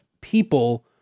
people